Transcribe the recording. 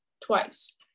twice